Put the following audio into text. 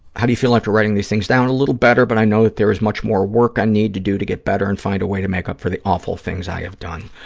how do you feel after writing these things down? a little better but i know that there is much more work i need to do to get better and find a way to make up for the awful things i have done.